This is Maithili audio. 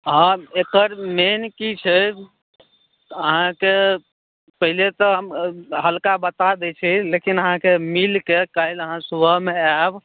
हॅं एकर मेन की छै अहाँकेॅं पहिले तँ हम हलका बता दै छी लेकिन अहाँकेॅं मिलि कए काल्हि अहाँ सुबहमे आयब